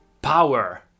Power